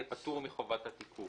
יהיה פטור מחובת תיקוף",